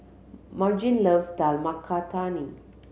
Margene loves Dal Makhani